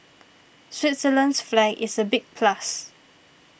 Switzerland's flag is a big plus